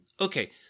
Okay